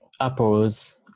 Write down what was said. apple's